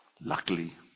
Luckily